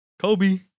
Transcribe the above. Kobe